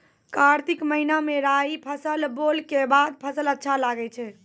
कार्तिक महीना मे राई फसल बोलऽ के बाद फसल अच्छा लगे छै